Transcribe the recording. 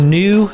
new